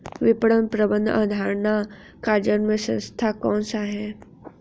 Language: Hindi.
विपणन प्रबंध अवधारणा का जन्म स्थान कौन सा है?